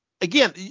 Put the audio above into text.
again